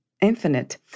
infinite